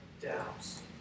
doubts